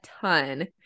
ton